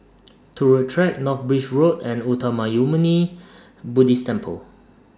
Turut Track North Bridge Road and Uttamayanmuni Buddhist Temple